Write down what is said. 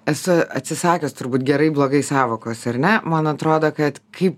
esu atsisakius turbūt gerai blogai sąvokos ar ne man atrodo kad kaip